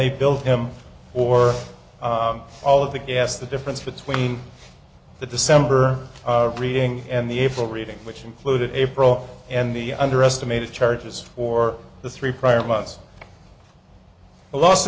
they built him or all of the gas the difference between the december reading and the april reading which included april and the underestimated charges for the three prior months a los